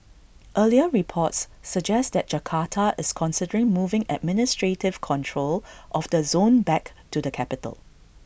earlier reports suggest that Jakarta is considering moving administrative control of the zone back to the capital